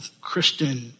Christian